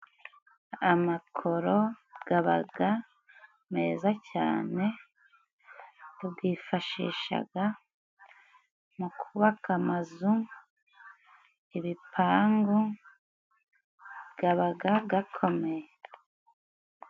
Amakoro gabaga meza cyane, tugifashishaga mu kubaka amazu, ibipangu, gabaga gakomeye.